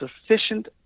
sufficient